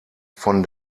von